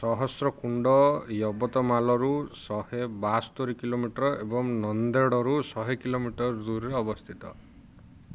ସହସ୍ରକୁଣ୍ଡ ୟବତମାଲରୁ ଶହେ ବାସ୍ତରି କିଲୋମିଟର ଏବଂ ନାନ୍ଦେଡ଼ରୁ ଶହେ କିଲୋମିଟର ଦୂରରେ ଅବସ୍ଥିତ